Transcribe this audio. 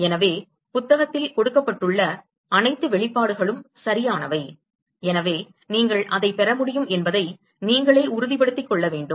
எனவே புத்தகத்தில் கொடுக்கப்பட்டுள்ள அனைத்து வெளிப்பாடுகளும் சரியானவை எனவே நீங்கள் அதைப் பெற முடியும் என்பதை நீங்களே உறுதிப்படுத்திக் கொள்ள வேண்டும்